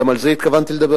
גם על זה התכוונתי לדבר,